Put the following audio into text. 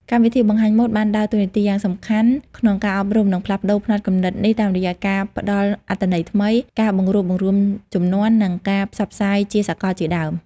កម្មវិធីបង្ហាញម៉ូដបានដើរតួនាទីយ៉ាងសំខាន់ក្នុងការអប់រំ និងផ្លាស់ប្ដូរផ្នត់គំនិតនេះតាមរយៈ ការផ្តល់អត្ថន័យថ្មី ការបង្រួបបង្រួមជំនាន់ និងការផ្សព្វផ្សាយជាសកលជាដើម។